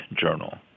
journal